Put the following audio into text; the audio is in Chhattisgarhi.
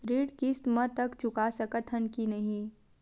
ऋण किस्त मा तक चुका सकत हन कि नहीं?